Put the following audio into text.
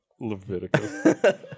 Leviticus